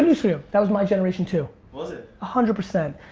you. sort of that was my generation too. was it? a hundred per cent.